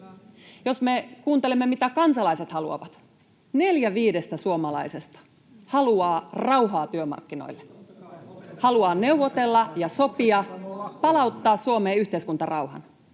Jos me kuuntelemme, mitä kansalaiset haluavat: neljä viidestä suomalaisesta haluaa rauhaa työmarkkinoille, [Ben Zyskowiczin välihuuto] haluaa neuvotella ja sopia, palauttaa Suomeen yhteiskuntarauhan.